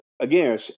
Again